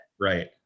Right